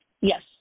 Yes